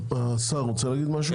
השר, רוצה להגיד משהו?